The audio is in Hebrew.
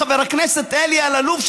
חבר הכנסת אלי אלאלוף,